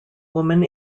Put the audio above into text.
woman